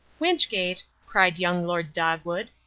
wynchgate, cried young lord dogwood,